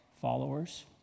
followers